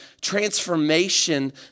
transformation